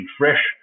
fresh